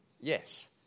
Yes